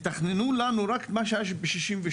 שנתכנן להם רק את מה שהיה ב-1967,